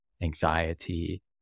anxiety